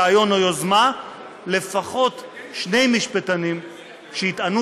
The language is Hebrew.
רעיון או יוזמה לפחות שני משפטנים שיטענו